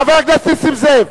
חבר הכנסת נסים זאב.